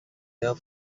here